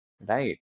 Right